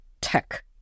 tech